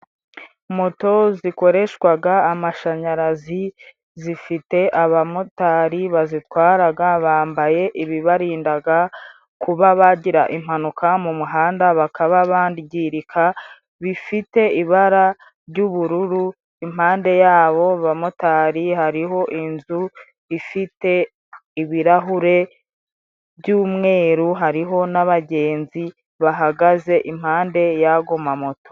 Moto zikoreshwaga amashanyarazi zifite abamotari bazitwaraga, bambaye ibibarindaga kuba bagira impanuka mu muhanda bakaba bangirika, bifite ibara ry'ubururu, impande y'abo bamotari hariho inzu ifite ibirahure by'umweru, hariho n'abagenzi bahagaze impande y'ago mamoto.